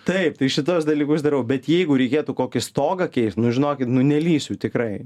taip tai šituos dalykus darau bet jeigu reikėtų kokį stogą keist nu žinokit nu nelįsiu tikrai